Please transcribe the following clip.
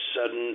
sudden